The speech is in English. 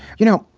you know,